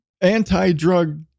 anti-drug